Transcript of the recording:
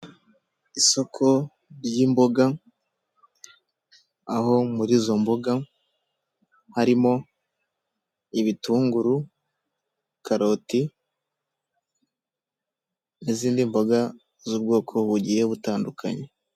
Isoko ry'imboga aho muri izo mboga harimo ibitunguru, karoti n'izindi mboga z'ubwoko bugiye butandukanye.